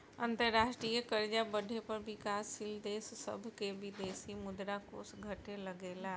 अंतरराष्ट्रीय कर्जा बढ़े पर विकाशील देश सभ के विदेशी मुद्रा कोष घटे लगेला